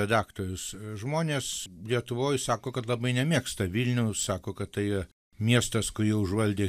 redaktorius žmonės lietuvoj sako kad labai nemėgsta vilniaus sako kad tai miestas kurį užvaldė